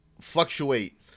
fluctuate